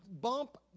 bump